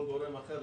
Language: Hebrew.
כל גורם אחר,